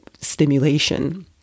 stimulation